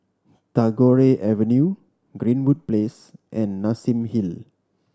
Tagore Avenue Greenwood Place and Nassim Hill